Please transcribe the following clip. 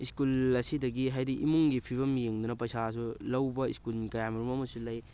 school ꯑꯁꯤꯗꯒꯤ ꯍꯥꯏꯗꯤ ꯏꯃꯨꯡꯒꯤ ꯐꯤꯕꯝ ꯌꯦꯡꯗꯨꯅ ꯄꯩꯁꯥꯁꯨ ꯂꯧꯕ ꯁ꯭ꯀꯨꯜ ꯀꯌꯥ ꯃꯔꯣꯝ ꯑꯃꯁꯨ ꯂꯩ